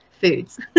foods